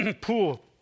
pool